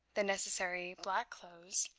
the necessary black clothes,